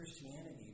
Christianity